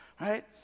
right